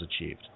achieved